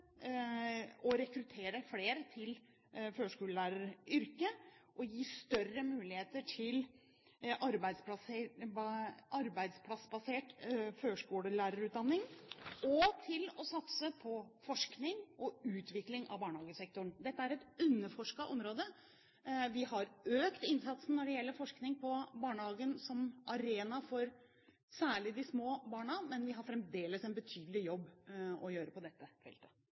rekruttere flere til førskolelæreryrket, å gi større muligheter til arbeidsplassbasert førskolelærerutdanning og å satse på forskning og utvikling av barnehagesektoren. Dette er et underforsket område. Vi har økt innsatsen når det gjelder forskning på barnehagen som arena for særlig de små barna, men vi har fremdeles en betydelig jobb å gjøre på dette feltet.